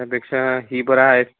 त्यापेक्षा ही बरं आहेत